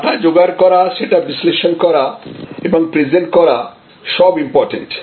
data জোগাড় করা সেটা বিশ্লেষণ করা এবং প্রেজেন্ট করা সব ইমপরটেন্ট